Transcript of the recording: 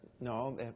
No